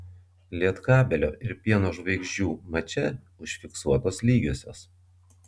lietkabelio ir pieno žvaigždžių mače užfiksuotos lygiosios